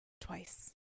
twice